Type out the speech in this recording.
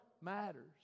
matters